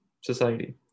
society